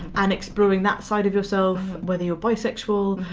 and exploring that side of yourself whether you're bisexual,